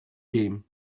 game